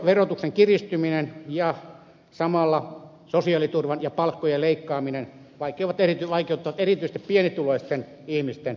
verotuksen kiristyminen ja samalla sosiaaliturvan ja palkkojen leikkaaminen vaikeuttavat erityisesti pienituloisten ihmisten elämää